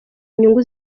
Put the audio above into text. inyungu